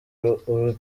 urukiko